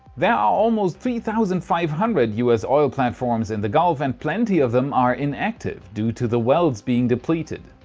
there are almost three thousand five hundred us oil platforms in the gulf and plenty of them are inactive due to the wells being depleted.